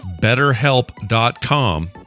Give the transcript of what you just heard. BetterHelp.com